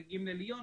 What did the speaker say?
מגיעים לליון,